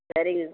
சரிங்க